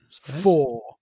Four